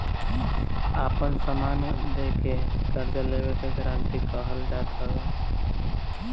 आपन समान दे के कर्जा लेवे के गारंटी कहल जात हवे